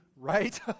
right